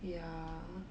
ya